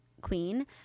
queen